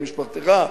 עם משפחתך,